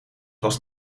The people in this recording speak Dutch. was